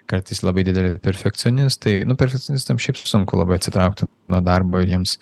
kartais labai dideli perfekcionistai nu perfekcionistams šiaip sunku labai atsitraukti nuo darbo jiems